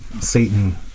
satan